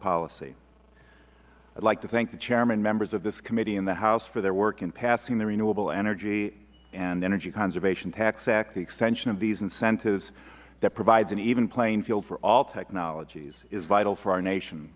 policy i'd like to thank the chairman and members of this committee and the house for their work in passing the renewable energy and energy conservation tax act the extension of these incentives that provides an even playing field for all technologies is vital for our nation